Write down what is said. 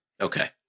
Okay